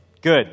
Good